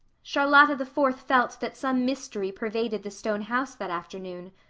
charlotta the fourth felt that some mystery pervaded the stone house that afternoon.